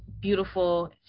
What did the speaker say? beautiful